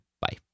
Bye